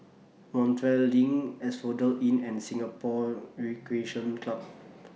Montreal LINK Asphodel Inn and Singapore Recreation Club